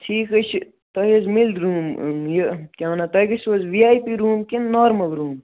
ٹھیٖک حظ چھُ تُہۍ حظ میٚلہِ روٗم یہِ کیٛاہ وَنان تُہۍ گَژھِو حظ وِی آے پی روٗم کِنہٕ نارمل روٗم